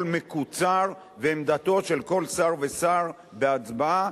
מקוצר ועמדתו של כל שר ושר בהצבעה,